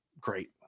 great